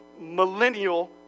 millennial